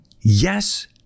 Yes